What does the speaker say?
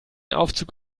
aufzug